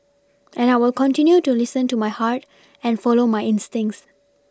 and I will continue to listen to my heart and follow my instincts